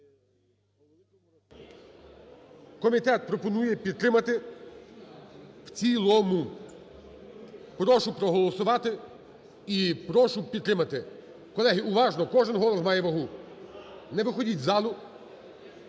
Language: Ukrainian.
Комітет пропонує підтримати в цілому. Прошу проголосувати і прошу підтримати. Колеги, уважно, кожен голос має вагу, не виходіть із залу.